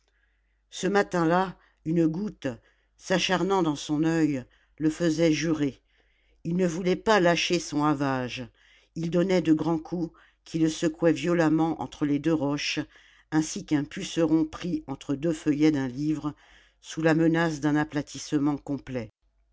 ce matin-là une goutte s'acharnant dans son oeil le faisait jurer il ne voulait pas lâcher son havage il donnait de grands coups qui le secouaient violemment entre les deux roches ainsi qu'un puceron pris entre deux feuillets d'un livre sous la menace d'un aplatissement complet